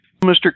Mr